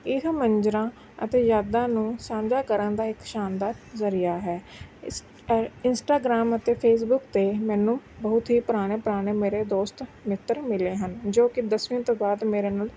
ਇਹ ਮੰਜਰਾਂ ਅਤੇ ਯਾਦਾਂ ਨੂੰ ਸਾਂਝਾ ਕਰਨ ਦਾ ਇੱਕ ਸ਼ਾਨਦਾਰ ਜ਼ਰੀਆ ਹੈ ਇਸ ਟਰ ਇੰਸਟਾਗ੍ਰਾਮ ਅਤੇ ਫੇਸਬੁੱਕ 'ਤੇ ਮੈਨੂੰ ਬਹੁਤ ਹੀ ਪੁਰਾਣੇ ਪੁਰਾਣੇ ਮੇਰੇ ਦੋਸਤ ਮਿੱਤਰ ਮਿਲੇ ਹਨ ਜੋ ਕਿ ਦਸਵੀਂ ਤੋਂ ਬਾਅਦ ਮੇਰੇ ਨਾਲ